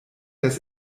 des